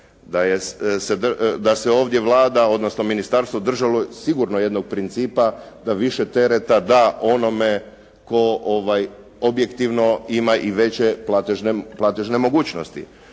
da se ovdje Vlada odnosno ministarstvo držalo sigurno jednog principa da više tereta da onome tko objektivno ima i veće platežne mogućnosti.